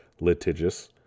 litigious